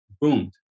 boomed